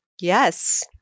Yes